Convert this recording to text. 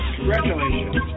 Congratulations